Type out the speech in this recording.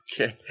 Okay